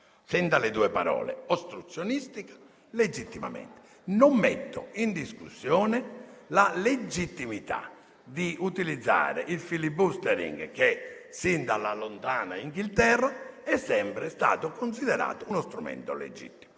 Ascolti le due parole: ostruzionistica e legittimamente. Non metto in discussione la legittimità di utilizzare il *filibustering* che, sin dalla lontana Gran Bretagna, è sempre stato considerato uno strumento legittimo.